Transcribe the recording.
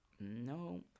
no